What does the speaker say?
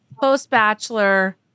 post-bachelor